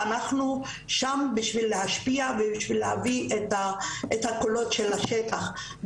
ואנחנו שם בשביל להשפיע ובשביל להביא את הקולות של השטח.